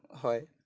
হয়